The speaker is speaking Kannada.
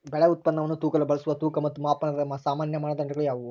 ಬೆಳೆ ಉತ್ಪನ್ನವನ್ನು ತೂಗಲು ಬಳಸುವ ತೂಕ ಮತ್ತು ಮಾಪನದ ಸಾಮಾನ್ಯ ಮಾನದಂಡಗಳು ಯಾವುವು?